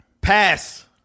Pass